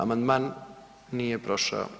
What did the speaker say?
Amandman nije prošao.